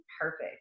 perfect